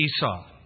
Esau